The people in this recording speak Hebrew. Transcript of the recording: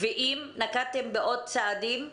ואם נקטתם בעוד צעדים.